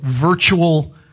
virtual